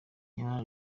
nyamara